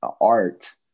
art